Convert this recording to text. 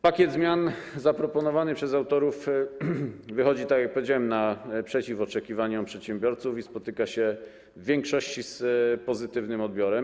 Pakiet zmian zaproponowany przez autorów wychodzi, tak jak powiedziałem, naprzeciw oczekiwaniom przedsiębiorców i spotyka się w większości z pozytywnym odbiorem.